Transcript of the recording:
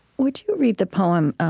would you read the poem,